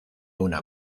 una